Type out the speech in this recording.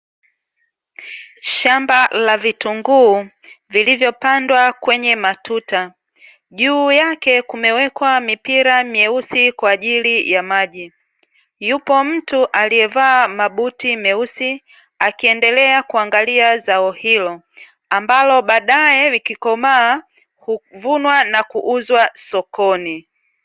Shamba la vitunguu vilivyopandwa kwenye matuta. Juu yake kumewekwa mipira meusi kwa ajili ya maji. Yupo mtu aliyevaa mabuti meusi akiendelea kuangalia zao hilo, ambalo baadae likikomaa huvunwa na kuuzwa sokoni.